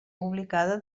publicada